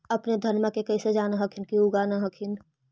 अपने धनमा के कैसे जान हखिन की उगा न हखिन?